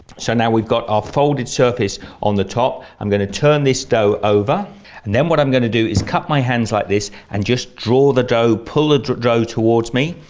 so now we've got our folded surface on the top. i'm going to turn this dough over and then what i'm going to do is cup my hands like this and just draw the dough, pull the dough towards me,